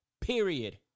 Period